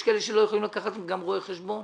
יש אנשים שגם לא יכולים לקחת רואה חשבון